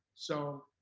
so